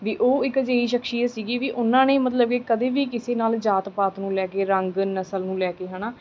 ਵੀ ਉਹ ਇੱਕ ਅਜਿਹੀ ਸ਼ਖਸੀਅਤ ਸੀਗੀ ਵੀ ਉਨ੍ਹਾਂ ਨੇ ਮਤਲਬ ਕਿ ਕਦੇ ਵੀ ਕਿਸੇ ਨਾਲ ਜਾਤ ਪਾਤ ਨੂੰ ਲੈ ਕੇ ਰੰਗ ਨਸਲ ਨੂੰ ਲੈ ਕੇ ਹੈ ਨਾ